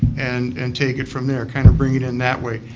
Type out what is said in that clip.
and and take it from there. kind of bring it in that way.